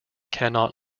cannot